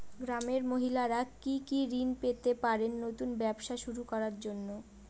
গ্রামের মহিলারা কি কি ঋণ পেতে পারেন নতুন ব্যবসা শুরু করার জন্য?